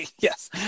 Yes